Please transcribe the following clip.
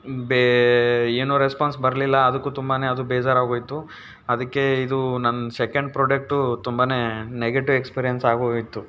ಬೆ ಏನು ರೆಸ್ಪಾನ್ಸ್ ಬರಲಿಲ್ಲ ಅದಕ್ಕೂ ತುಂಬಾ ಅದು ಬೇಜಾರಾಗೋಯಿತು ಅದಕ್ಕೆ ಇದು ನನ್ನ ಸೆಕೆಂಡ್ ಪ್ರಾಡಕ್ಟು ತುಂಬಾ ನೆಗೆಟಿವ್ ಎಕ್ಸ್ಪೀರಿಯನ್ಸ್ ಆಗೋಗಿತ್ತು